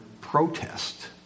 protest